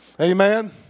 Amen